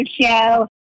show